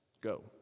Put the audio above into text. Go